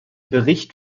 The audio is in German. bericht